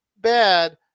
bad